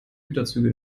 güterzüge